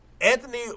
Anthony